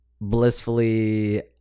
blissfully